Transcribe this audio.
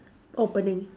opening